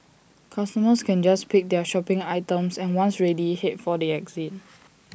customers can just pick up their shopping items and once ready Head for the exit